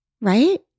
right